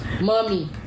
mommy